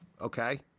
okay